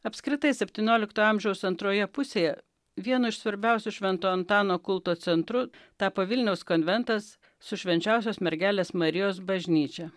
apskritai septyniolikto amžiaus antroje pusėje vienu iš svarbiausių švento antano kulto centru tapo vilniaus konventas su švenčiausios mergelės marijos bažnyčia